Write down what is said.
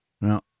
No